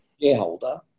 shareholder